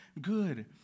good